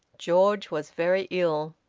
george was very ill.